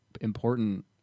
important